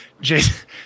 Jason